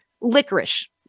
licorice